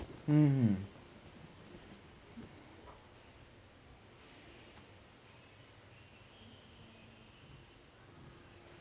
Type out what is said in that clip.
mmhmm